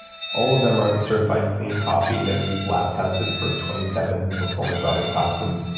all of them are the certified clean coffee that we've lab tested for twenty seven performance robbing toxins.